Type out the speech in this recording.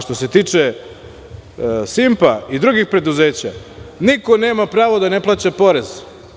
Što se tiče „Simpa“ i drugih preduzeća, niko nema prava da ne plaća porez.